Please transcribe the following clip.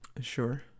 Sure